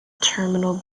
terminal